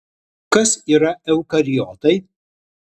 kas yra eukariotai